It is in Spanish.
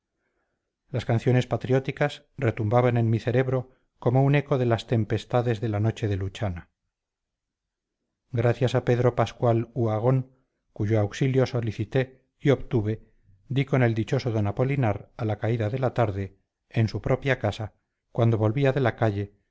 las canciones patrióticas retumbaban en mi cerebro como un eco de las tempestades de la noche de luchana gracias a pedro pascual uhagón cuyo auxilio solicité y obtuve di con el dichoso d apolinar a la caída de la tarde en su propia casa cuando volvía de la calle